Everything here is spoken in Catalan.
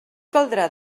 caldrà